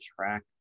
track